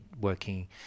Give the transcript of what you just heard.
working